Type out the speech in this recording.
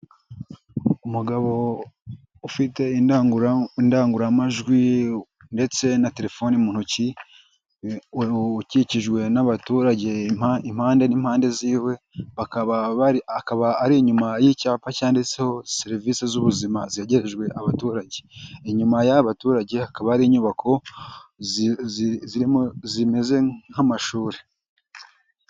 Umugabo ufite indangurura indangurura majwi ndetse na telefoni mu ntoki, ukikijwe n'abaturage impande n'impande ziwe bakaba bari bari inyuma y'icyapa cyanditseho serivisi z'ubuzima zegerejwe abaturage, inyuma y'aba baturage hakaba ari inyubako zimeze nk'amashuri.